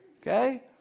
Okay